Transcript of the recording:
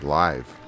live